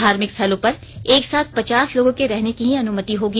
धार्मिक स्थलों पर एक साथ पचास लोगों के रहने की ही अनुमति होगी